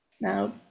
now